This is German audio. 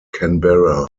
canberra